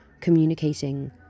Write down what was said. communicating